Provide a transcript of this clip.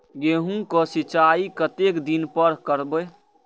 गेहूं का सीचाई कतेक दिन पर करबे?